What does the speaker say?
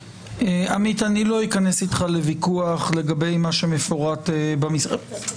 אני לא אכנס איתך לוויכוח לגבי מה שמפורט במסמך.